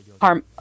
harm